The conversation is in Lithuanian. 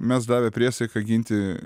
mes davę priesaiką ginti